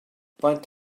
faint